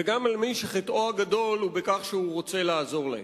וגם על מי שחטאו הגדול הוא בכך שהוא רוצה לעזור להם.